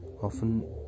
often